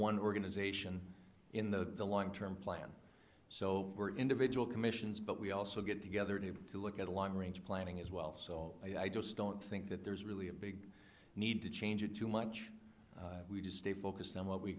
one organization in the long term plan so we're individual commissions but we also get together to to look at a long range planning as well so i just don't think that there's really a big need to change it too much we just stay focused on what we